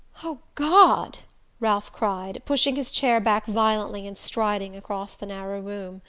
oh, god ralph cried, pushing his chair back violently and striding across the narrow room.